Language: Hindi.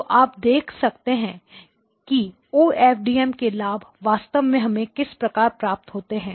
तो आप देख सकते हैं की O F D M OFDM के लाभ वास्तव में हमें किस प्रकार प्राप्त होते हैं